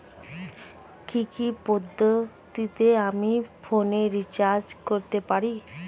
কি কি পদ্ধতিতে আমি ফোনে রিচার্জ করতে পারি?